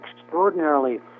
extraordinarily